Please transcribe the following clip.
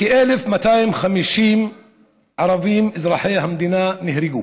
כ-1,250 ערבים אזרחי המדינה נהרגו,